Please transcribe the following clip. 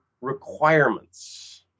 requirements